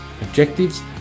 objectives